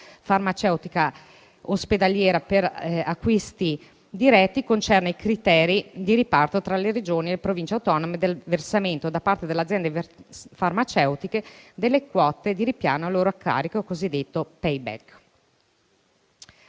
farmaceutica ospedaliera per acquisti diretti e concerne i criteri di riparto tra le Regioni e le Province autonome del versamento da parte delle aziende farmaceutiche delle quote di ripiano a loro a carico (cosiddetto *payback*).